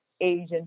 Asian